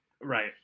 Right